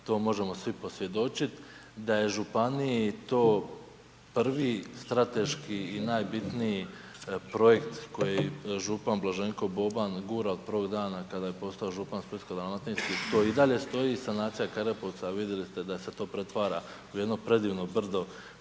to možemo svi posvjedočit, da je Županiji to prvi strateški i najbitniji projekt koji župan Blaženko Boban gura od prvog dana kada je postao župan Splitsko-dalmatinski, to i dalje stoji, sanacija Kerepovca, vidjeli ste da se to pretvara u jedno predivno brdo